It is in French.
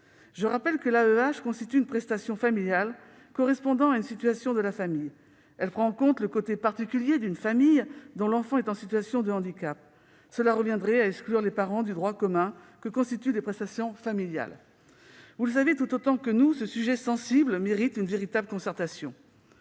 Je rappelle que l'AEEH constitue une prestation familiale correspondant à une situation de famille. Elle prend en compte la situation particulière d'une famille dont l'enfant est en situation de handicap. Une telle mesure reviendrait à exclure les parents du droit commun que constituent les prestations familiales. Vous le savez tout autant que nous, ce sujet sensible mérite une véritable concertation.